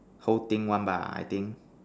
whole thing one bar I think